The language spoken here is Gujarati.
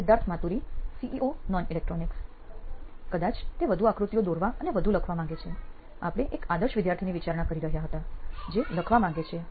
સિદ્ધાર્થ માતુરી સીઇઓ નોઇન ઇલેક્ટ્રોનિક્સ કદાચ તે વધુ આકૃતિઓ દોરવા અને વધુ લખવા માંગે છે આપણે એક આદર્શ વિદ્યાર્થીની વિચારણા કરી રહ્યા છીએ જે લખવા માંગે છે